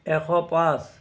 এশ পাঁচ